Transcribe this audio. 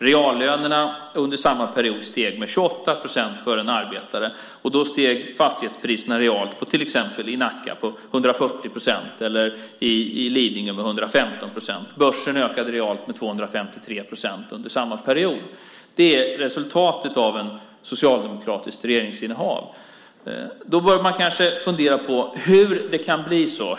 Reallönerna under samma period steg med 28 procent för en arbetare, och fastighetspriserna steg i till exempel Nacka realt med 140 procent och i Lidingö med 115 procent. Börsen ökade realt med 253 procent under samma period. Det är resultatet av ett socialdemokratiskt regeringsinnehav. Då bör man kanske fundera på hur det kunde bli så.